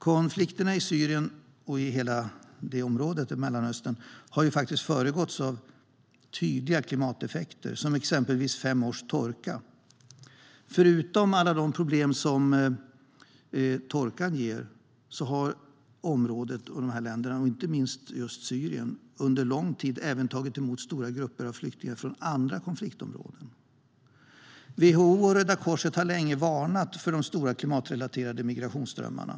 Konflikterna i Syrien och i hela Mellanösternområdet har föregåtts av tydliga klimateffekter, exempelvis fem års torka. Förutom alla de problem som torkan ger har länderna i området, inte minst just Syrien, under lång tid även tagit emot stora grupper av flyktingar från andra konfliktområden. WHO och Röda Korset har länge varnat för de stora klimatrelaterade migrationsströmmarna.